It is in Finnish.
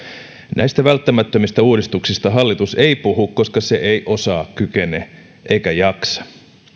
näistä välttämättömistä uudistuksista hallitus ei puhu koska se ei osaa kykene eikä jaksa